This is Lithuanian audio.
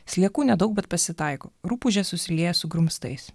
sliekų nedaug bet pasitaiko rupūžė susilieja su grumstais